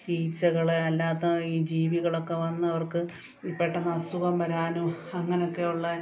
ഈച്ചകളെ അല്ലാത്ത ഈ ജീവികളൊക്ക വന്നവർക്ക് പെട്ടെന്ന് അസുഖം വരാനും അങ്ങനൊക്കെ ഉള്ള